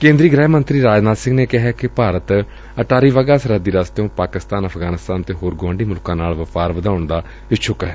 ਕੇ'ਦਰੀ ਗ੍ਰਹਿ ਮੰਤਰੀ ਰਾਜਨਾਬ ਸਿੰਘ ਨੇ ਕਿਹੈ ਕਿ ਭਾਰਤ ਅਟਾਰੀ ਵਾਹਗਾ ਸਰਹੱਦੀ ਰਸਤਿਓ' ਪਾਕਿਸਤਾਨ ਅਫਗਾਨਸਤਾਨ ਅਤੇ ਹੋਰ ਗੁਆਂਢੀ ਮੁਲਕਾਂ ਨਾਲ ਵਪਾਰ ਵਧਾਉਣ ਦਾ ਇਛੁੱਕ ਏ